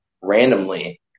randomly